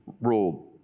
ruled